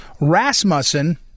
Rasmussen